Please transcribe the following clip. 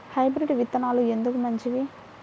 Hybrid విత్తనాలు ఎందుకు మంచివి?